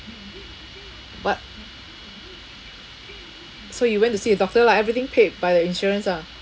but so you went to see a doctor lah everything paid by the insurance ah